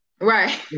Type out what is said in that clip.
Right